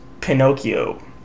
Pinocchio